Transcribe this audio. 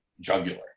jugular